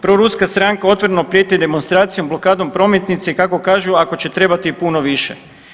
Proruska stranka otvoreno prijeti demonstracijom blokadom prometnice kako kažu ako će trebati i puno više.